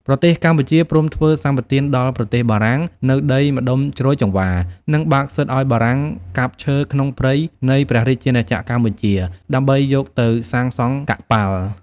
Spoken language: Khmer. ប្រទេសកម្ពុជាព្រមធ្វើសម្បទានដល់ប្រទេសបារាំងនូវដីម្ដុំជ្រោយចង្វារ និងបើកសិទ្ធិឱ្យបារាំងកាប់ឈើក្នុងព្រៃនៃព្រះរាជាណាចក្រកម្ពុជាដើម្បីយកទៅសាងសង់កប៉ាល់។